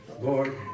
Lord